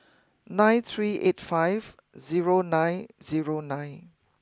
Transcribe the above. nine three eight five zero nine zero nine